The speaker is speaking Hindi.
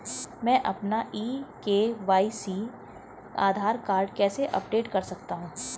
मैं अपना ई के.वाई.सी आधार कार्ड कैसे अपडेट कर सकता हूँ?